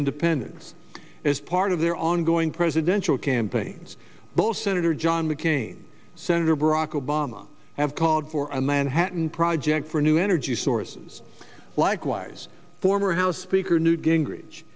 independence as part of their ongoing presidential campaigns both senator john mccain senator barack obama have called for a manhattan project for new energy sources likewise former house speaker newt gingrich